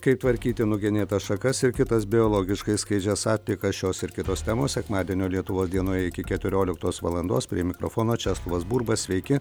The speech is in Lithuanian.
kaip tvarkyti nugenėtas šakas ir kitas biologiškai skaidžias atliekas šios ir kitos temos sekmadienio lietuvos dienoje iki keturioliktos valandos prie mikrofono česlovas burba sveiki